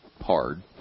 Hard